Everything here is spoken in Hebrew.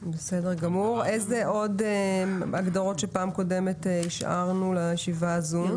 איזה עוד הגדרות השארנו לישיבה הזאת?